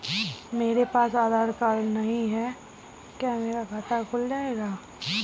मेरे पास आधार कार्ड नहीं है क्या मेरा खाता खुल जाएगा?